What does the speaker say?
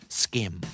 skim